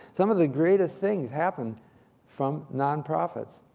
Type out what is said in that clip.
some of the greatest things happen from nonprofits.